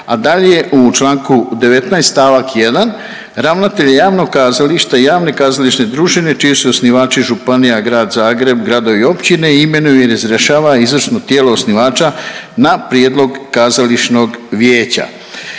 a dalje u članku 19. stavak 1. ravnatelj javnog kazališta i javne kazališne družine čiji su osnivači županija, grad Zagreb, gradovi i općine imenuje i razrješava izvršno tijelo osnivača na prijedlog Kazališnog vijeća.